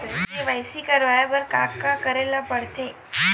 KYC करवाय बर का का करे ल पड़थे?